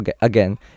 again